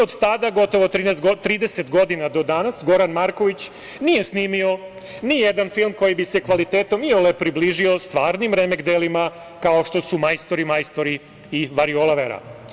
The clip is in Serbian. Od tada, gotovo 30 godina, do danas Goran Marković nije snimio ni jedan film koji bi se kvalitetom iole približio stvarnim remek delima kao što su „Majstori, majstori“ i „Variola vera“